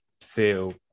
feel